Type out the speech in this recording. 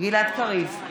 גלעד קריב,